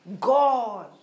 God